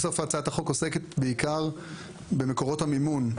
בסוף הצעת החוק עוסקת בעיקר במקורות המימון.